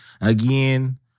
again